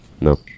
No